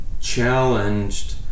challenged